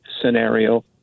scenario